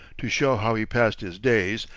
to show how he passed his days,